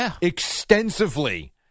extensively